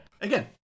again